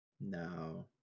no